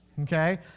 okay